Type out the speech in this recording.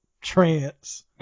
trance